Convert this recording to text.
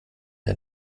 der